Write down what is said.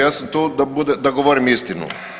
ja sam tu da govorim istinu.